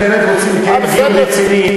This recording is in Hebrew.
01:00. אם באמת רוצים לקיים דיון רציני,